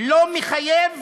לא מחייב